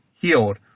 healed